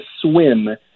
swim